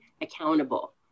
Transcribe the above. accountable